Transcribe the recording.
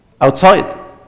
Outside